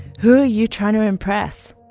who are you trying to impress?